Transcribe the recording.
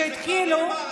זה נאמר,